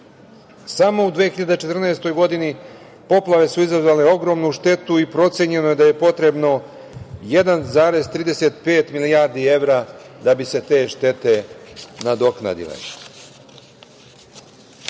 Samo u 2014. godini poplave su izazvale ogromnu štetu i procenjeno je da je potrebno 1,35 milijardi evra da bi se te štete nadoknadile. Posebna